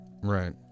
right